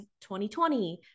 2020